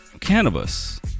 cannabis